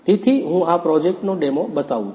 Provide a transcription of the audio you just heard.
તેથી હું અહીં આ પ્રોજેક્ટનો ડેમો બતાવું છું